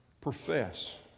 profess